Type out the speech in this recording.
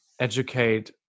educate